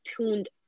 tuned